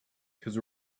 because